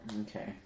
Okay